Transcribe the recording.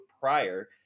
prior